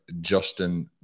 Justin